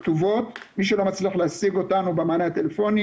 מי שלא מצליח להשיג אותנו במענה הטלפוני